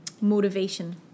motivation